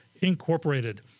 Incorporated